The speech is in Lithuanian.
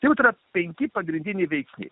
jau yra penki pagrindiniai veikėjai